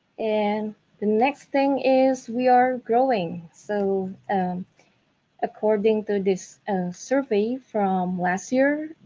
and the next thing is, we are growing so according to this survey from last year